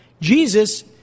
Jesus